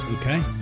Okay